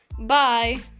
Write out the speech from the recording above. bye